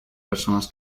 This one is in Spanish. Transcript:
personas